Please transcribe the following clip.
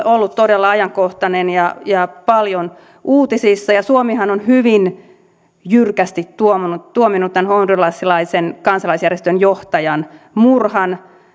ollut todella ajankohtainen ja ja paljon uutisissa suomihan on hyvin jyrkästi tuominnut tuominnut tämän hondurasilaisen kansalaisjärjestön johtajan murhan